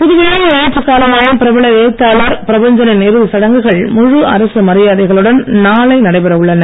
புதுவையில் நேற்று காலமான பிரபல எழுத்தாளர் பிரபஞ்சனின் இறுதி சடங்குகள் முழு அரசு மரியாதைகளுடன் நாளை நடைபெற உள்ளன